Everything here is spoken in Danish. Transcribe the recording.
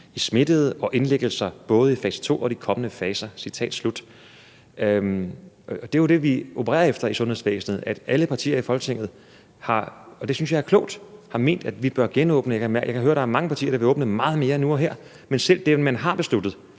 i smittede og indlæggelser både i fase 2 og kommende faser«. Det er jo det, vi opererer efter i sundhedsvæsenet, altså at alle partier i Folketinget – og det synes jeg er klogt – har ment, at vi bør genåbne, og jeg kan høre, at der er mange partier, der vil åbne meget mere nu og her. Men selv med det, man har besluttet,